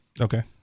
Okay